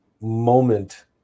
moment